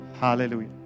Hallelujah